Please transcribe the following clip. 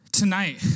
Tonight